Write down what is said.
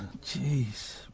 jeez